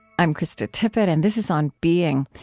i'm krista tippett, and this is on being.